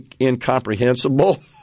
incomprehensible